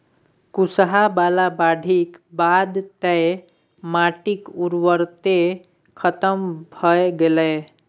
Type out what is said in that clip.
कुसहा बला बाढ़िक बाद तँ माटिक उर्वरते खतम भए गेलै